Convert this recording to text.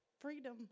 Freedom